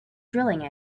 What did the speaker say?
drilling